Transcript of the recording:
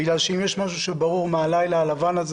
בגלל שאם יש משהו שברור מהלילה הלבן הזה,